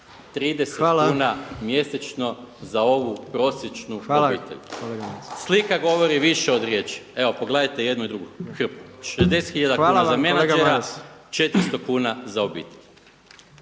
30 kuna mjesečno za ovu prosječnu obitelj. Slika govori više od riječi, evo pogledajte jednu i drugu, 60 tisuća kuna za menadžera, 400 kuna za obitelj.